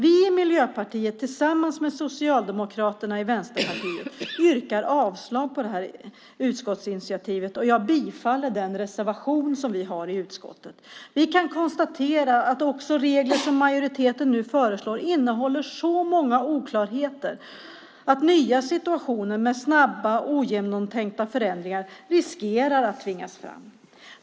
Vi i Miljöpartiet tillsammans med Socialdemokraterna och Vänsterpartiet yrkar avslag på det här utskottsinitiativet, och jag bifaller den reservation som vi har i utskottet. Vi kan konstatera att också de regler som majoriteten nu föreslår innehåller så många oklarheter att nya situationer med snabba och ogenomtänkta förändringar riskerar att tvingas fram.